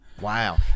wow